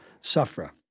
sufferer